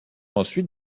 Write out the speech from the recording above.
ensuite